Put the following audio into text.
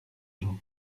jean